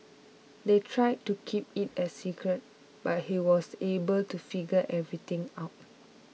they tried to keep it a secret but he was able to figure everything out